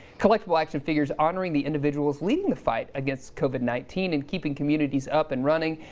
collectible action figures honoring the individuals leading the fight against covid nineteen. and keeping communities up and running.